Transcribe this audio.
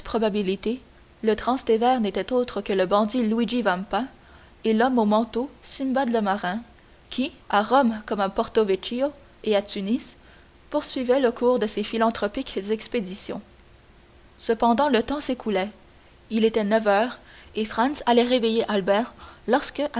le transtévère n'était autre que le bandit luigi vampa et l'homme au manteau simbad le marin qui à rome comme à porto vecchio et à tunis poursuivait le cours de ses philanthropiques expéditions cependant le temps s'écoulait il était neuf heures et franz allait réveiller albert lorsque